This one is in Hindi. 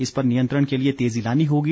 इस पर नियंत्रण के लिए तेजी लानी होगी